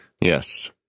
Yes